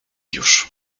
już